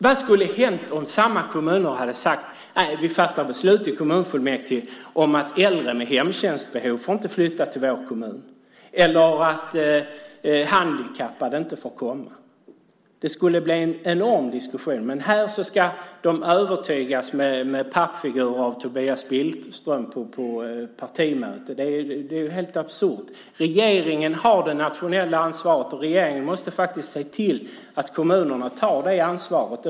Vad skulle ha hänt om samma kommuner hade sagt att de fattat beslut i kommunfullmäktige om att äldre med hemtjänstbehov inte får flytta till deras kommun eller att handikappade inte får komma? Det skulle bli en enorm diskussion, men här ska de övertygas med pappfigurer av Tobias Billström på ett partimöte. Det är helt absurt. Regeringen har det nationella ansvaret, och regeringen måste faktiskt se till att kommunerna tar det ansvaret.